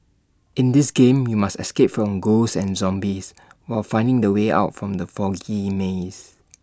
in this game you must escape from ghosts and zombies while finding the way out from the foggy maze